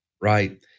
Right